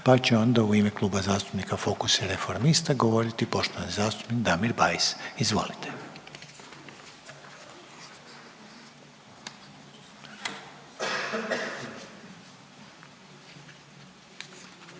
Pa će onda u ime Kluba zastupnika Fokusa i Reformista govoriti poštovani zastupnik Damir Bajs. Izvolite. **Bajs,